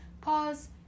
pause